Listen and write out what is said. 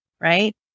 right